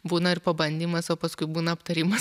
būna ir pabandymas o paskui būna aptarimas